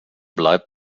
bleibt